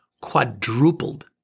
quadrupled